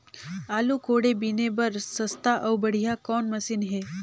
आलू कोड़े बीने बर सस्ता अउ बढ़िया कौन मशीन हे?